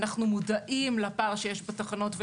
אנחנו מודעים לפער שיש בתחנות,